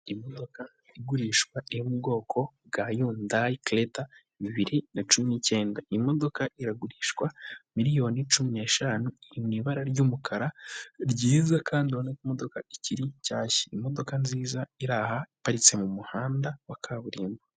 Imodoka igurishwa iri mu bwoko bwa yundayi kereta bibiri na cumi n'icyenda, imodoka iragurishwa miliyoni cumi n'eshanu, iri mu ibara ry'umukara ryiza, kandi urabona ko imodoka ikiri nshyashya, imodoka nziza iri aha iparitse mu muhanda wa kaburimbo.